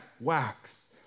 wax